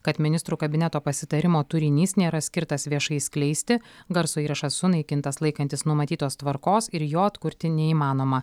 kad ministrų kabineto pasitarimo turinys nėra skirtas viešai skleisti garso įrašas sunaikintas laikantis numatytos tvarkos ir jo atkurti neįmanoma